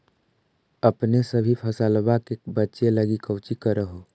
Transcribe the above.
अपने सभी फसलबा के बच्बे लगी कौची कर हो?